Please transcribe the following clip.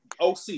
OC